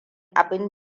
abin